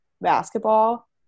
basketball